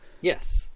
Yes